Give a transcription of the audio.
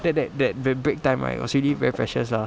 that that that the break time right was really very precious lah